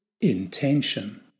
intention